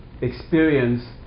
experience